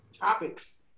topics